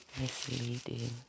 misleading